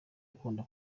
ukunda